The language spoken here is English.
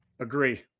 Agree